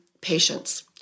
patients